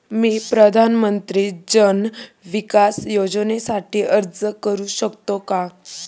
मी प्रधानमंत्री जन विकास योजनेसाठी अर्ज करू शकतो का?